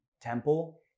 Temple